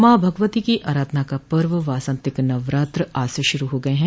मां भगवती की आराधना का पर्व वासंतिक नवरात्र आज से शुरू हो गये है